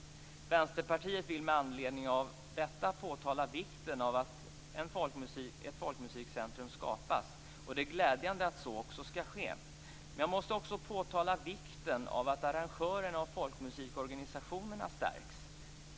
Vänsterpartiet vill med anledning av detta påtala vikten av att ett folkmusikcentrum skapas. Det är glädjande att så också skall ske. Men jag måste också påtala vikten av att arrangörerna av folkmusikorganisationerna stärks.